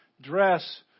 dress